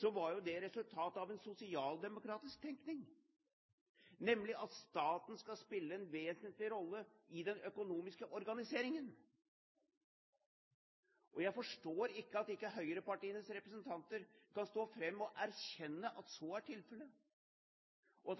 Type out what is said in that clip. så er tilfellet, og at det